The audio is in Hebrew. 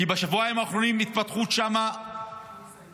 כי בשבועיים האחרונים ההתפתחות שם היא דרסטית,